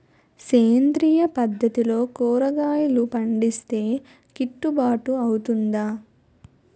సేంద్రీయ పద్దతిలో కూరగాయలు పండిస్తే కిట్టుబాటు అవుతుందా?